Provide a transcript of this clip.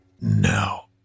no